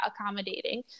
accommodating